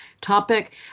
topic